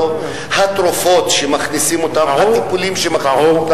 שמכניסים, לתרופות שמכניסים, לטיפולים שמכניסים,